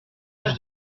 neige